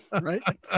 Right